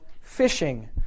fishing